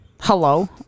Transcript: Hello